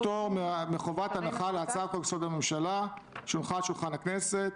פטור מחובת הנחה להצעת חוק יסוד: הממשלה שהונחה על שולחן הכנסת.